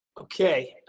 okay,